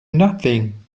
nothing